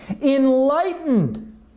enlightened